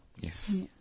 Yes